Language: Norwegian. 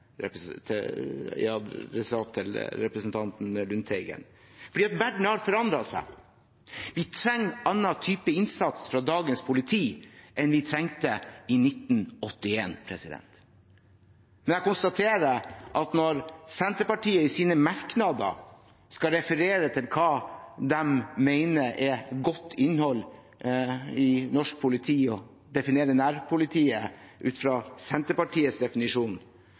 til representanten Lundteigen. Verden har forandret seg. Vi trenger en annen type innsats fra dagens politi enn vi trengte i 1981. Jeg konstaterer at når Senterpartiet i sine merknader skal referere til hva de mener er godt innhold i norsk politi, og